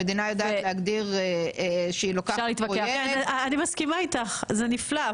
המדינה יודעת --- אני מסכימה איתך זה נפלא,